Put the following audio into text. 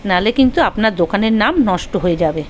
না হলে কিন্তু আপনার দোকানের নাম নষ্ট হয়ে যাবে